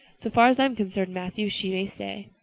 so far as i'm concerned, matthew, she may stay.